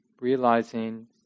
realizing